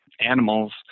animals